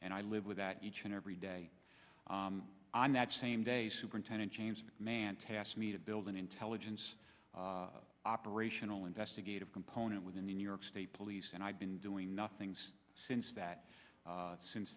and i live with that each and every day on that same day superintendent james the man tasked me to build an intelligence operational investigative component within the new york state police and i've been doing nothing since that since